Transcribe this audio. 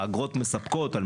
האגרות מספקות,